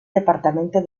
departamento